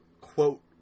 quote